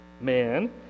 man